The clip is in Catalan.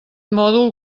mòdul